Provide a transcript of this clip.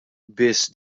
biss